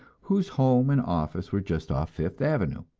whose home and office were just off fifth avenue.